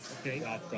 Okay